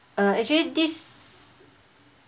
uh actually this